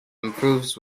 improves